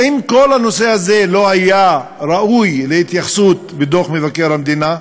האם כל הנושא הזה לא היה ראוי להתייחסות בדוח מבקר המדינה?